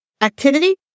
activity